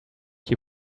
your